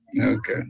okay